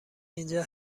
اینجا